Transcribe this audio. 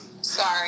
Sorry